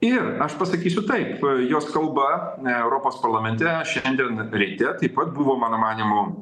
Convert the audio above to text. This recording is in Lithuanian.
ir aš pasakysiu taip jos kalba europos parlamente šiandien ryte taip pat buvo mano manymu